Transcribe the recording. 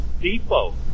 Depot